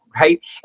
Right